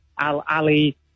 Al-Ali